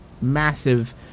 massive